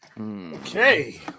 Okay